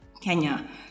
Kenya